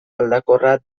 aldakorra